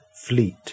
fleet